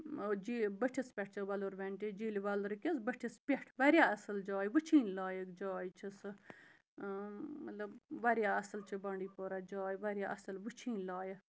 جی بٔٹھِس پٮ۪ٹھ چھےٚ وَلُر وٮ۪نٹیج جیٖلہِ وَلرٕکِس بٔٹھِس پٮ۪ٹھ واریاہ اَصٕل جاے وٕچھِنۍ لایَق جاے چھِ سُہ مطلب واریاہ اَصٕل چھِ بانٛڈی پورہ جاے واریاہ اَصٕل وٕچھِنۍ لایَق